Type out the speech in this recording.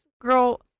girl